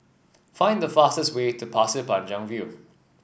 find the fastest way to Pasir Panjang View